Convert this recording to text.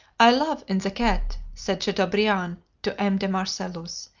i love in the cat, said chateaubriand to m. de marcellus,